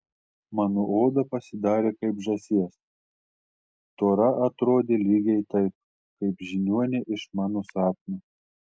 mano oda pasidarė kaip žąsies tora atrodė lygiai taip kaip žiniuonė iš mano sapno